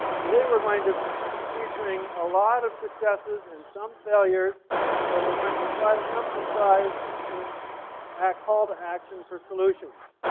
today we're going to be featuring a lot of successes and some failures but we're going to try to emphasize the call to action for solutions.